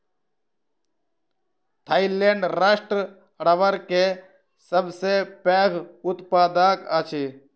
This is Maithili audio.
थाईलैंड राष्ट्र रबड़ के सबसे पैघ उत्पादक अछि